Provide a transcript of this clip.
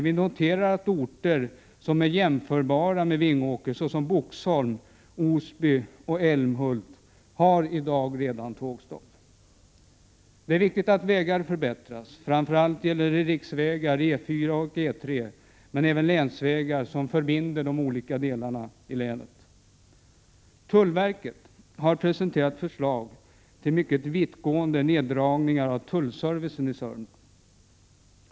Vi noterar dock att orter som är jämförbara med Vingåker, såsom Boxholm, Osby och Älmhult, redan i dag har tågstopp. Det är viktigt att vägar förbättras. Det gäller framför allt riksvägarna E 4 och E 3, men också länsvägarna som förbinder de olika delarna av länet. Tullverket har presenterat förslag till mycket vittgående neddragningar av tullservicen i Sörmland.